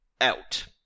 out